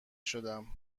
شدم